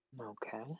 Okay